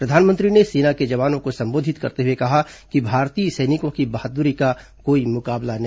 प्रधानमंत्री ने सेना के जवानों को संबोधित करते हुए कहा कि भारतीय सैनिकों की बहादुरी का कोई मुकाबला नहीं